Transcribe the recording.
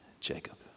Jacob